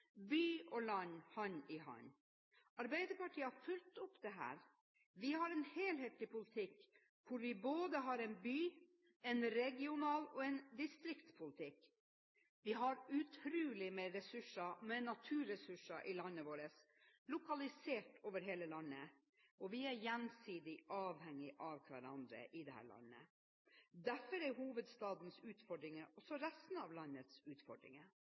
By og land, hand i hand. Arbeiderpartiet har fulgt opp dette. Vi har en helhetlig politikk – både en bypolitikk, en regional politikk og en distriktspolitikk. Vi har utrolige naturressurser i landet vårt, lokalisert over hele landet, og vi er gjensidig avhengig av hverandre i dette landet. Derfor er hovedstadens utfordringer også resten av landets utfordringer.